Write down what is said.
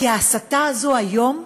כי ההסתה הזאת היום,